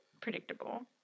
predictable